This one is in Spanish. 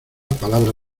palabra